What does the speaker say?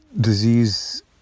disease